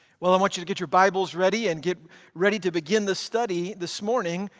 well, i want you to get your bibles ready and get ready to begin this study. this morning,